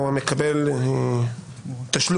או המקבל תשלום,